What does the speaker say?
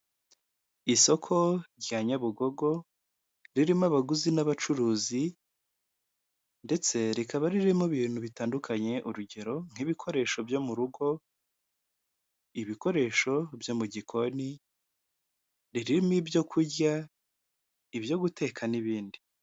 Isoko rya nyabugogo, ririmo abaguzi n'abacuruzi ndetse rikaba ririmo ibintu bitandukanye; urugero nk'ibikoresho byo mu rugo, ibikoresho byo mu gikoni, ririmo ibyo kurya ibyo guteka n'ibindi.